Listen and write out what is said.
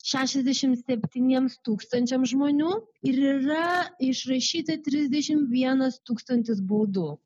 šešiasdešimt septyniems tūkstančiams žmonių ir yra išrašyta trisdešimt vienas tūkstantis baudų